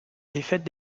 défaite